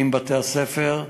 עם בתי-הספר,